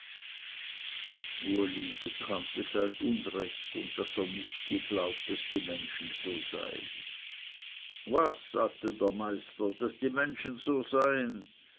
bekannte sein unrecht und daß er nicht geglaubt daß die menschen so seien was sagte der meister daß die menschen so seien